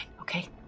okay